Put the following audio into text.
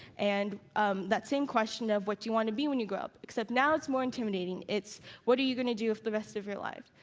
and that same question of what you want to be when you grow up, except now it's more intimidating. it's what are you going to do for the rest of your life?